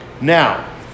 Now